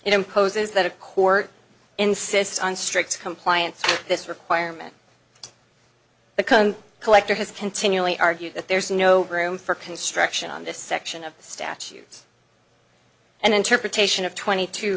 it imposes that a court insists on strict compliance this requirement the collector has continually argued that there's no room for construction on this section of the statute and interpretation of twenty t